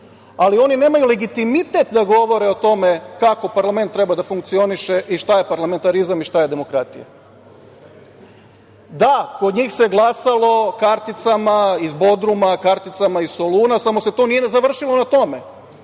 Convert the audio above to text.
ali oni nemaju legitimitet da govore o tome kako parlament treba da funkcioniše i šta je parlamentarizam i šta je demokratija. Da, kod njih se glasalo karticama iz Bodruma, karticama iz Soluna, samo se to nije završilo na tome,